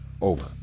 over